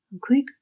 quick